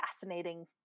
fascinating